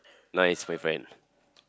nice my friend